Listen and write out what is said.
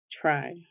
try